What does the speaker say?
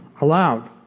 allowed